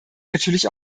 natürlich